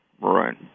Right